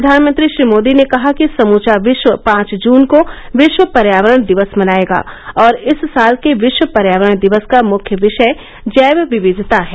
प्रधानमंत्री श्री मोदी ने कहा कि समूचा विश्व पांच जून को विश्व पर्यावरण दिवस मनाएगा और इस साल के विश्व पर्यावरण दिवस का मुख्य विषय जैव विविधता है